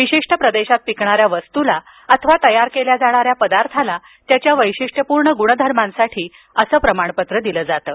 विशिष्ट प्रदेशात पिकणाऱ्या वस्तूला अथवा तयार केल्या जाणाऱ्या पदार्थाला त्याच्या वैशिष्ट्यपूर्ण गुणधर्मांसाठी असं प्रमाणपत्र दिलं जातं